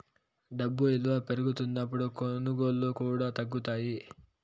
డబ్బు ఇలువ పెరుగుతున్నప్పుడు కొనుగోళ్ళు కూడా తగ్గుతాయి